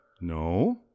No